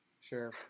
Sure